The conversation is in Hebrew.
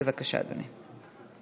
בבקשה, אדוני.